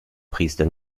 priester